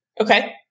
Okay